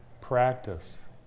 practice